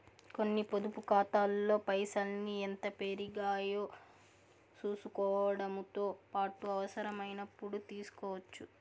కొన్ని పొదుపు కాతాల్లో పైసల్ని ఎంత పెరిగాయో సూసుకోవడముతో పాటు అవసరమైనపుడు తీస్కోవచ్చు